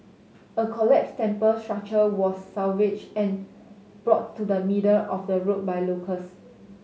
a collapsed temple structure was salvaged and brought to the middle of the road by locals